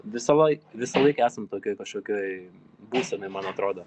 visąloi visąlaik esam tokioj kažkokioj būsenoj man atrodo